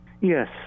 yes